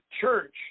church